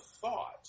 thought